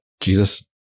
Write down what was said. Jesus